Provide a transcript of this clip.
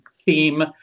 theme